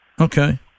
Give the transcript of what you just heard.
Okay